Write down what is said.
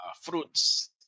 fruits